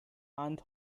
and